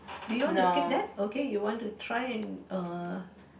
do you want to skip that okay you want to try and uh